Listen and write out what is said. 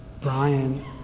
Brian